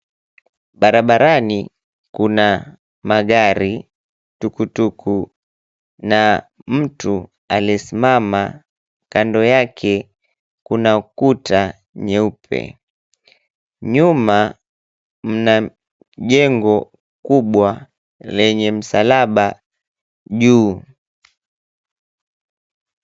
Barabarani kuna magari, tuk tuk , na mtu aliyesimama. Kando yake kuna kuta nyeupe. Nyuma mna jengo kubwa lenye msalaba juu.